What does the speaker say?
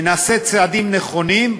ונעשה צעדים נכונים,